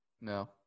No